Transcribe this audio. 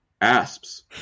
Asps